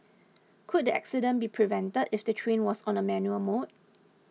could the accident be prevented if the train was on a manual mode